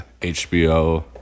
HBO